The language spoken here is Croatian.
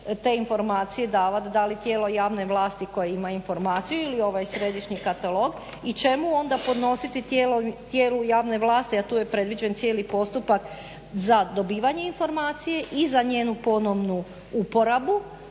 te informacije davati, da li tijelo javne vlasti koje ima informaciju ili ovaj središnji katalog, i čemu onda podnositi tijelu javne vlasti, a tu je predviđen cijeli postupak za dobivanje informacije i za njenu ponovnu uporabu,